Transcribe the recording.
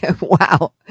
Wow